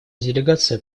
делегация